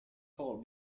call